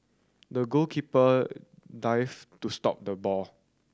the goalkeeper dived to stop the ball